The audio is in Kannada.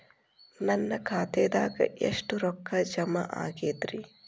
ನನ್ನ ಖಾತೆದಾಗ ಎಷ್ಟ ರೊಕ್ಕಾ ಜಮಾ ಆಗೇದ್ರಿ?